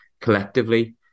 collectively